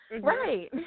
Right